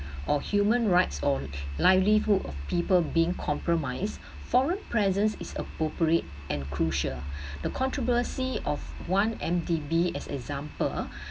or human rights or livelihood of people being compromised foreign presence is appropriate and crucial the controversy of one M_D_B as example